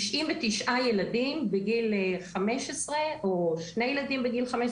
ילדים בגיל 15 או שני ילדים בגיל 15,